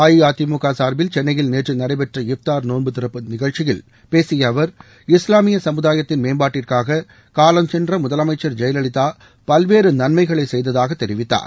அஇஅதிமுக சார்பில் சென்னையில் நேற்று நடைபெற்ற இஃப்தார் நோன்பு திறப்பு நிகழ்ச்சியில் பேசிய அவர் இஸ்லாமிய கமுதாயத்தின் மேம்பாட்டிற்காக காலஞ்சென்ற முதலமைச்சர் ஜெயலலிதா பல்வேறு நன்மைகளைச் செய்ததாகத் தெரிவித்தார்